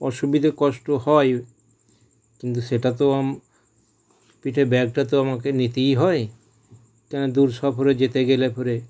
অসুবিধে কষ্ট হয় কিন্তু সেটা তো আম পিঠে ব্যাগটা তো আমাকে নিতেই হয় তা দূর সফরে যেতে গেলে পরে